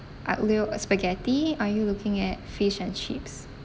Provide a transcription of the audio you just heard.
aglio spaghetti are you looking at fish and chips